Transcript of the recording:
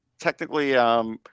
technically –